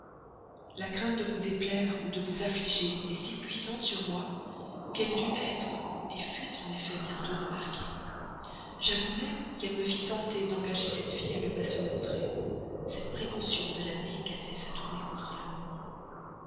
la crainte de vous déplaire ou de vous affliger est si puissante sur moi qu'elle dut être fut en effet bientôt remarquée j'avoue même qu'elle me fit tenter d'engager cette fille à ne pas se montrer cette précaution de la délicatesse a tourné contre l'amour